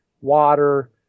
water